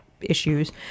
issues